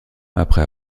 après